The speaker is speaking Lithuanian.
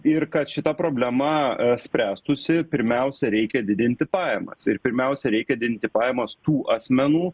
ir kad šita problema spręstųsi pirmiausia reikia didinti pajamas ir pirmiausia reikia didinti pajamas tų asmenų